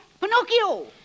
Pinocchio